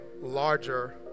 larger